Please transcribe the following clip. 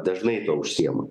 dažnai tuo užsiima